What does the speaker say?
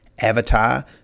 Avatar